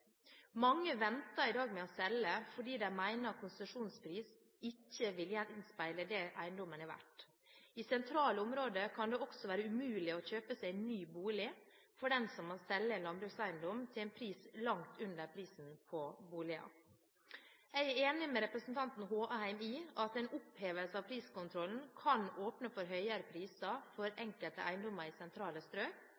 Mange venter i dag med å selge fordi de mener konsesjonspris ikke vil gjenspeile det eiendommen er verd. I sentrale områder kan det også være umulig å kjøpe seg en ny bolig for den som må selge en landbrukseiendom til en pris langt under prisen på boliger. Jeg er enig med representanten Håheim i at en opphevelse av priskontrollen kan åpne for høyere priser for